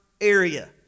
area